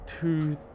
two